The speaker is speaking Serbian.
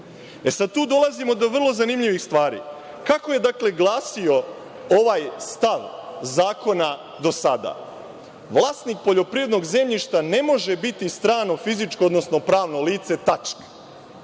Sada tu dolazimo do vrlo zanimljivih stvari. Kako je, dakle, glasio ovaj stav zakona do sada – vlasnik poljoprivrednog zemljišta ne može biti strano fizičko, odnosno pravno lice.